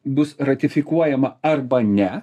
bus ratifikuojama arba ne